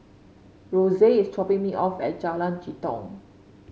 Roxane is dropping me off at Jalan Jitong